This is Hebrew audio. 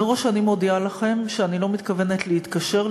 מראש אני מודיעה לכם שאני לא מתכוונת להתקשר,